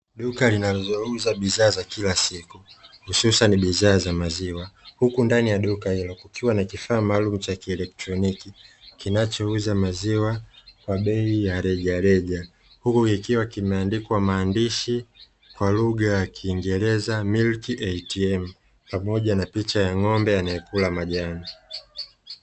Duka linalouzwa bidhaa za kila siku hususan bidhaa za maziwa, huku ndani ya duka hilo kukiwa na kifaa maalumu cha kielektroniki kinachouza maziwa kwa bei ya rejareja, huku ikiwa kimeandikwa maandishi kwa lugha ya kiingereza 'Milki ATM'pamoja na picha ya ng'ombe anayekula majani.